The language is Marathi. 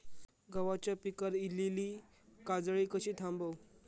गव्हाच्या पिकार इलीली काजळी कशी थांबव?